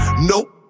nope